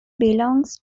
belongs